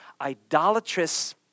idolatrous